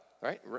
right